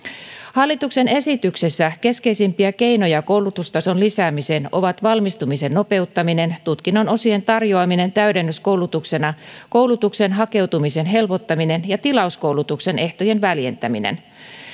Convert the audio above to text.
hallituksen esityksessä keskeisimpiä keinoja koulutustason lisäämiseen ovat valmistumisen nopeuttaminen tutkinnon osien tarjoaminen täydennyskoulutuksena koulutukseen hakeutumisen helpottaminen ja tilauskoulutuksen ehtojen väljentäminen